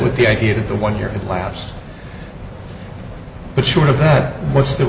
with the idea that the one here last but short of that what's the